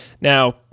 Now